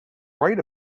right